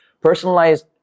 personalized